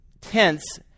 tense